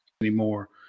anymore